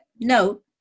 note